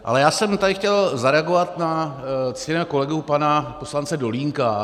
Ale já jsem tady chtěl zareagovat na ctěného kolegu pana poslance Dolínka.